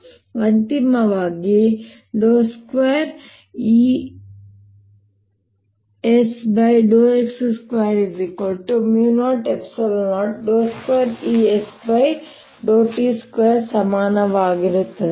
ಮತ್ತು ಅಂತಿಮವಾಗಿ 2Ezx2002Ezt2 ಸಮನಾಗಿರುತ್ತದೆ